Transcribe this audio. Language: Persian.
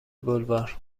بلوار